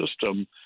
system